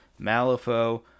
Malifaux